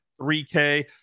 3k